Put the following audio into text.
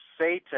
Satan